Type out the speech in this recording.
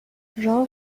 راه